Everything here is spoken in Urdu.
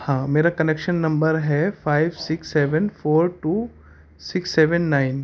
ہاں میرا کنیکشن نمبر ہے five six seven four two six seven nine